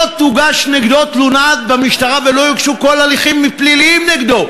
לא תוגש נגדו תלונה במשטרה ולא יינקטו כל הליכים פליליים נגדו.